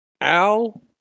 Al